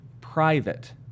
private